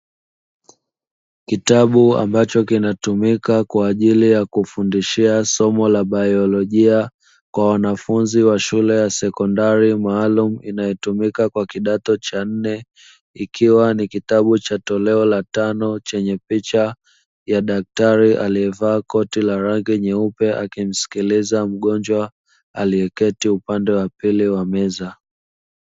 Kitabu ambacho kinatumika kwa ajili ya kufundishia somo la biolojia, kwa wanafunzi wa shule ya sekondari maalumu inayotumika kwa kidato cha nne, ikiwa ni kitabu cha toleo la tano chenye picha ya daktari aliyevaaa koti la rangi nyeupe, akimsikiliza mgonjwa aliyeketi upande wa pili wa meza.